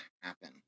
happen